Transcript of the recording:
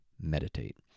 Meditate